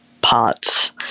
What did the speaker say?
parts